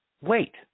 wait